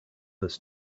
this